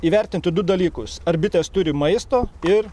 įvertinti du dalykus ar bitės turi maisto ir